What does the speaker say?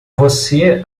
você